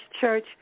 Church